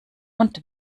und